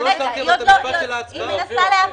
מנסה להבין.